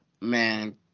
man